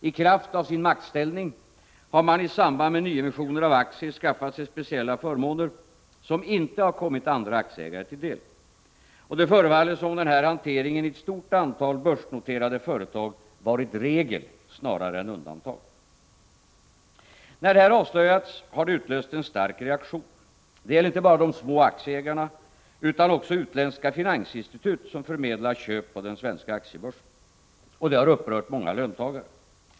I kraft av sin maktställning har man i samband med nyemissioner av aktier skaffat sig speciella förmåner, som inte kommit andra aktieägare till del. Och det förefaller som om denna hantering i ett stort antal börsnoterade företag varit regel snarare än undantag. När detta avslöjats har det utlöst en stark reaktion. Det gäller inte bara de små aktieägarna utan också utländska finansinstitut som förmedlar köp på den svenska aktiebörsen. Och det har upprört många löntagare.